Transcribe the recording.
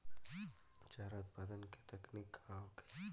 चारा उत्पादन के तकनीक का होखे?